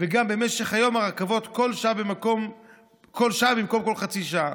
וגם במשך היום הרכבות בכל שעה במקום בכל חצי שעה.